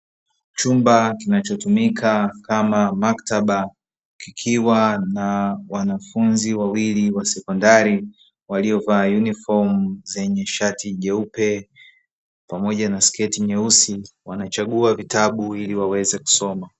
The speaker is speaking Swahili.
Chumba kinachotumika kama maktaba kikiwa na wanafunzi wawili wa sekondari waliovaa yunifomu zenye shati jeupe pamoja na sketi nyeusi, wanachagua vitabu ili waweze kusoma.